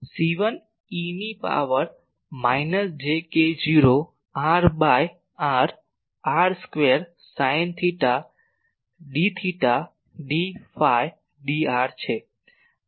C1 e ની power minus j k0 r ભાગ્યા r r square sine theta d theta d phi dr છે